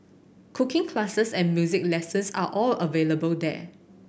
cooking classes and music lessons are all available there